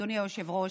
אדוני היושב-ראש.